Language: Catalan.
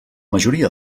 majoria